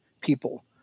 people